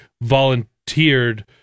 volunteered